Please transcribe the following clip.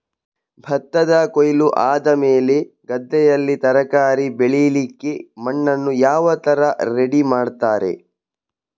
ಭತ್ತದ ಕೊಯ್ಲು ಆದಮೇಲೆ ಗದ್ದೆಯಲ್ಲಿ ತರಕಾರಿ ಬೆಳಿಲಿಕ್ಕೆ ಮಣ್ಣನ್ನು ಯಾವ ತರ ರೆಡಿ ಮಾಡ್ತಾರೆ?